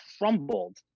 crumbled